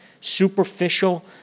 superficial